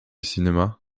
cinéma